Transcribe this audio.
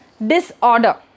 Disorder